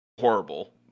horrible